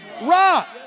Rock